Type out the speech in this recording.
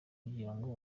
kugirango